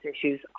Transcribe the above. issues